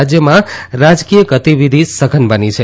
રાજ્યમાં રાજકીય ગતિવિધી સઘન બની છે